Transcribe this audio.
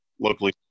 locally